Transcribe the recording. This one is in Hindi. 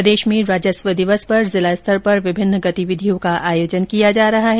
प्रदेश में राजस्व दिवस पर जिला स्तर पर विभिन्न गतिविधियों का आयोजन किया जा रहा है